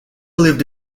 lived